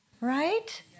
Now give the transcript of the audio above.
right